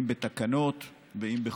אם בתקנות ואם בחוקים.